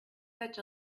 such